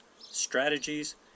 strategies